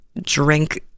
drink